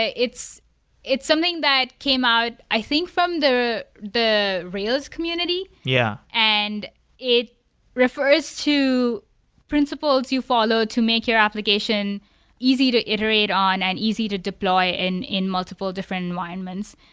it's it's something that came out i think from the the rails community yeah and it refers to principles you follow to make your application easy to iterate on and easy to deploy in in multiple different environments.